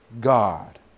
God